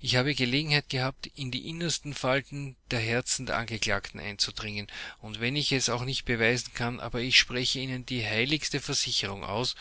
ich habe gelegenheit gehabt in die innersten falten der herzen der angeklagten einzudringen und wenn ich es auch nicht beweisen kann aber ich spreche ihnen die heiligste versicherung aus